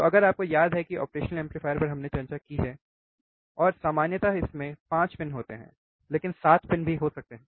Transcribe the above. तो अगर आपको याद है कि ऑपरेशन एम्पलीफायर पर हमने चर्चा की है इसमें सामान्यतः 5 पिन होते हैं लेकिन 7 पिन भी हो सकते है